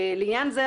לעניין זה,